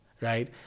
right